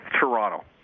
Toronto